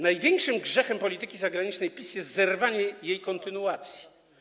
Największym grzechem polityki zagranicznej PiS jest zerwanie jej kontynuacji.